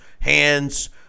hands